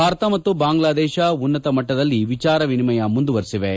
ಭಾರತ ಮತ್ತು ಬಾಂಗ್ಲಾದೇಶ ಉನ್ನತ ಮಟ್ಟದಲ್ಲಿ ವಿಚಾರ ವಿನಿಮಯ ಮುಂದುವರಿಸಿವೆ